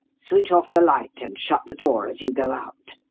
switch off the light, and shut the door as you go out.